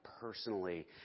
personally